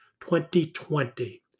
2020